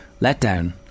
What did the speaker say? letdown